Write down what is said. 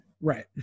right